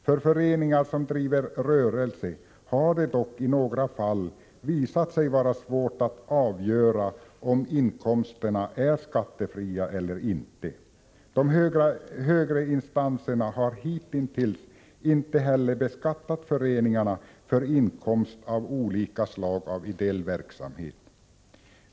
För föreningar som driver rörelse har det dock i några fall visat sig vara svårt att avgöra om inkomsterna är skattefria eller inte. De högre instanserna har hitintills inte heller beskattat föreningarna för inkomst av olika slag av ideell verksamhet.